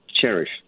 cherish